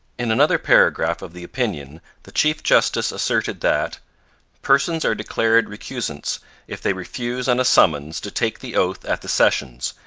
in another paragraph of the opinion the chief justice asserted that persons are declared recusants if they refuse on a summons to take the oath at the sessions,